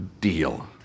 deal